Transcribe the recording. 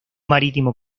marítimo